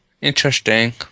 Interesting